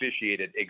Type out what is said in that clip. officiated